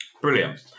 Brilliant